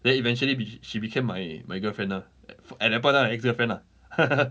then eventually be she became my my girlfriend lah for at that point in time lah ex girlfriend lah